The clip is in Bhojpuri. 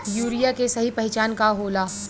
यूरिया के सही पहचान का होला?